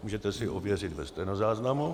Můžete si to ověřit ze stenozáznamu.